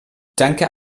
danke